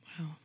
Wow